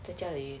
在家里